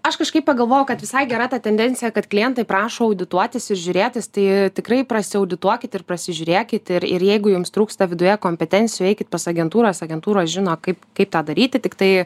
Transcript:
aš kažkaip pagalvojau kad visai gera ta tendencija kad klientai prašo audituotis ir žiūrėtis tai tikrai prasiaudituokit ir prasižiūrėkit ir ir jeigu jums trūksta viduje kompetencijų eikit pas agentūras agentūros žino kaip kaip tą daryti tiktai